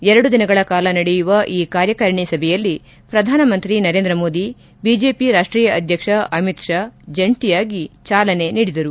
ಎರಡು ದಿನಗಳ ಕಾಲ ನಡೆಯುವ ಈ ಕಾರ್ಯಕಾರಿಣಿ ಸಭೆಯಲ್ಲಿ ಪ್ರಧಾನಮಂತ್ರಿ ನರೇಂದ್ರ ಮೋದಿ ಬಿಜೆಪಿ ರಾಷ್ಷೀಯ ಅಧ್ಯಕ್ಷ ಅಮಿತ್ ಷಾ ಜಂಟಿಯಾಗಿ ಚಾಲನೆ ನೀಡಿದರು